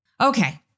Okay